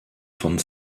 von